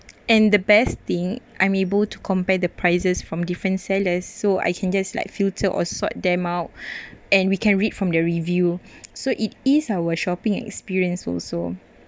and the best thing I'm able to compare the prices from different sellers so I can just like filter or sort them out and we can read from the review so it is our shopping experience also